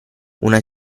una